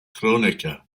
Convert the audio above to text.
kronecker